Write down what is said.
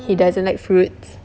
he doesn't like fruits